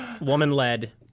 woman-led